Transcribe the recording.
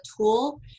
tool